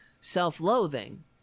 self-loathing